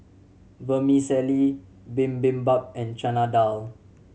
Vermicelli Bibimbap and Chana Dal